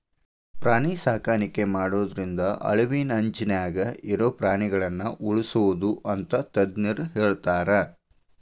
ಪ್ರಾಣಿ ಸಾಕಾಣಿಕೆ ಮಾಡೋದ್ರಿಂದ ಅಳಿವಿನಂಚಿನ್ಯಾಗ ಇರೋ ಪ್ರಾಣಿಗಳನ್ನ ಉಳ್ಸ್ಬೋದು ಅಂತ ತಜ್ಞರ ಹೇಳ್ತಾರ